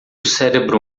cérebro